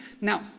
Now